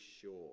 sure